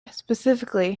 specifically